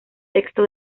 texto